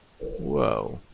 Whoa